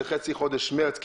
זה חודש מרץ,